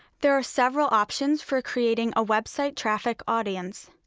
there are several options for creating a website traffic audience.